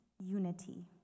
unity